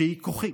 שהיא כוחי.